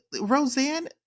roseanne